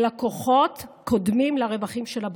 הלקוחות קודמים לרווחים של הבנקים.